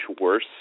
worse